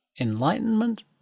enlightenment